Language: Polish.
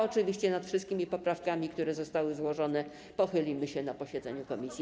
Oczywiście nad wszystkimi poprawkami, które zostały złożone, pochylimy się na posiedzeniu komisji.